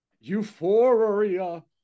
Euphoria